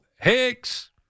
Hicks